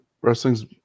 Wrestling's